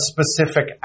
specific